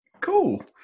Cool